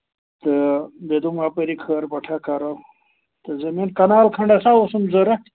تہٕ مےٚ دوٚپ اَپٲری خٲر پٲٹھا کَرو تہٕ زٔمیٖن کَنال کھنٛڈ ہَسا اوسُم ضروٗرت